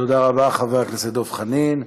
תודה רבה, חבר הכנסת דב חנין.